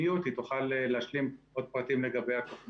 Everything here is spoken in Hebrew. היא תוכל להשלים עוד פרטים לגבי התוכנית.